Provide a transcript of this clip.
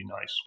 nice